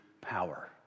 power